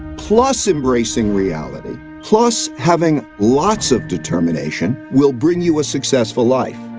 plus embracing reality, plus having lots of determination will bring you a successful life.